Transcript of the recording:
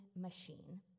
machine